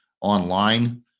online